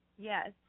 Yes